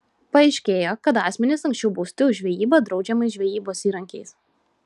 paaiškėjo kad asmenys anksčiau bausti už žvejybą draudžiamais žvejybos įrankiais